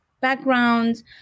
backgrounds